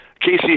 Casey